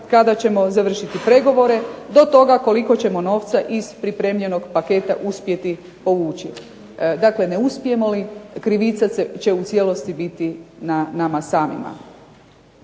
kada ćemo završiti pregovore do toga koliko ćemo novca iz pripremljenog paketa uspjeti povući. Dakle ne uspijemo li, krivica će u cijelosti biti na nama samima.